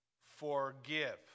forgive